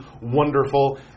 wonderful